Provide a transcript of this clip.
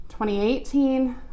2018